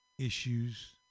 issues